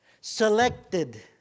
selected